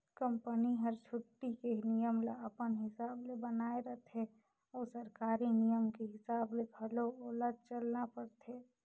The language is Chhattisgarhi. कंपनी हर छुट्टी के नियम ल अपन हिसाब ले बनायें रथें अउ सरकारी नियम के हिसाब ले घलो ओला चलना परथे